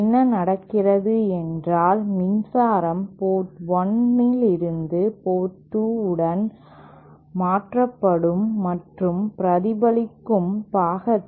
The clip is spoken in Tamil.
என்ன நடக்கிறது என்றால் மின்சாரம் போர்ட் 1 இலிருந்து போர்ட் 2 உடன் மாற்றப்படும் மற்றும் பிரதிபலிக்கும் பாகத்தில்